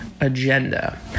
agenda